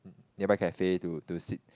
nearby cafe to to sit